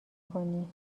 کنی